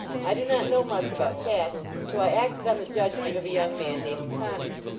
i do not know much about cats, so i acted on the judgment of a young man named connors,